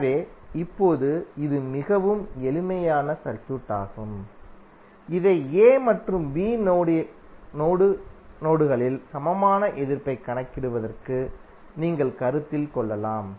எனவே இப்போது இது மிகவும் எளிமையான சர்க்யூட் ஆகும் இதை A மற்றும் B நோடு யங்களில் சமமான எதிர்ப்பைக் கணக்கிடுவதற்கு நீங்கள் கருத்தில் கொள்ளலாம்